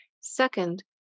Second